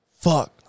Fuck